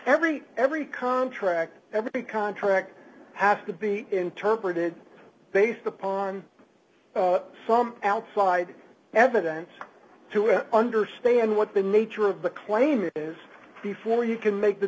every every contract everything contract has to be interpreted based upon some outside evidence to understand what the nature of the claim is before you can make the